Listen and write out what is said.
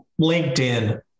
LinkedIn